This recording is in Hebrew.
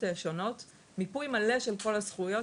ולייצר איחוד של השירותים.